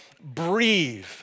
breathe